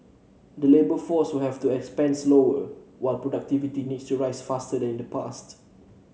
the labour force will have to expand slower while productivity needs to rise faster than in the past